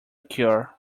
cure